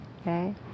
okay